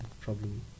problem